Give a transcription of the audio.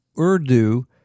Urdu